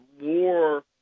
more